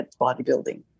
bodybuilding